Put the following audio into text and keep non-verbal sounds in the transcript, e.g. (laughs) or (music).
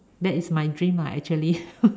that is my dream lah actually (laughs)